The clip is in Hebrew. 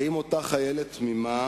האם אותה חיילת תמימה